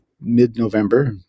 mid-November